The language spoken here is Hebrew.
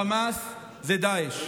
חמאס זה דאעש.